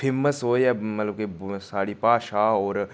famous ओह् एह् ऐ मतलब कि साढ़ी भाशा होर